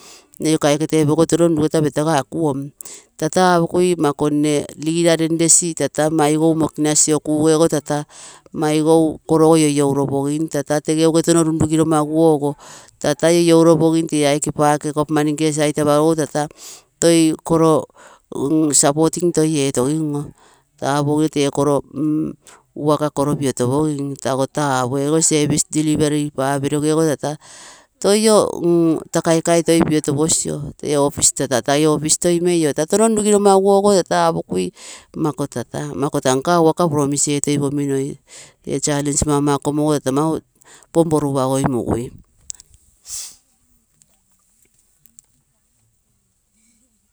Nne iko aike tepogigu ogo touno runrugeta petegu ekuom. Taa apokui mma ako nne leader lenlesi aigou mokinasi oo kugego maigou korogo in inouro pogim tata tege touno tege touno lunruginomaguo ogo taa in inouropogi tee aike nnegere nke sait apagorohu toi koro supporting etoginoo tapuogino tee koro work koro piotopogim tako tapu tego service deliver papiro gego tata toi oo taa kaikai toi piotoposio tee office tata tai office toi meioo touno runruginomaguo toi aposi mako tata nkaa work promise etoi poginoi tee challenge mamakomo ogo tata mau pom porugu pagoi mugui.